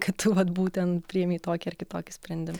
kad tu vat būtent priėmei tokį ar kitokį sprendim